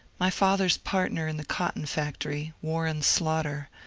my father's partner in the cotton-factory, warren slaughter,